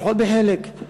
לפחות בחלק.